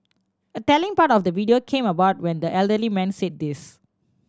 a telling part of the video came about when the elderly man said this